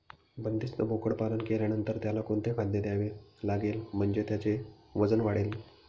बंदिस्त बोकडपालन केल्यानंतर त्याला कोणते खाद्य द्यावे लागेल म्हणजे त्याचे वजन वाढेल?